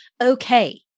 okay